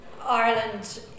Ireland